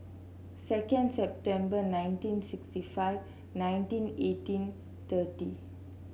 second September nineteen sixty five nineteen eighteen thirty